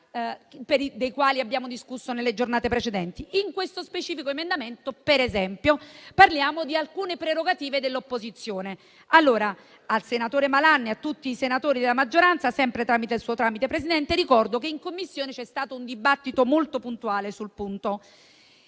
dei quali abbiamo parlato nelle giornate precedenti; in questo specifico emendamento, per esempio, parliamo di alcune prerogative dell'opposizione. Pertanto, al senatore Malan e a tutti i senatori della maggioranza, sempre suo tramite, signora Presidente, ricordo che in Commissione c'è stato un dibattito molto puntuale su questo